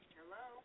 Hello